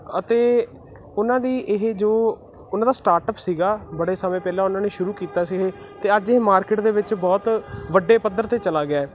ਅਤੇ ਉਹਨਾਂ ਦੀ ਇਹ ਜੋ ਉਹਨਾਂ ਦਾ ਸਟਾਰਟਅਪ ਸੀਗਾ ਬੜੇ ਸਮੇਂ ਪਹਿਲਾਂ ਉਹਨਾਂ ਨੇ ਸ਼ੁਰੂ ਕੀਤਾ ਸੀ ਇਹ ਅਤੇ ਅੱਜ ਇਹ ਮਾਰਕੀਟ ਦੇ ਵਿੱਚ ਬਹੁਤ ਵੱਡੇ ਪੱਧਰ 'ਤੇ ਚਲਾ ਗਿਆ ਹੈ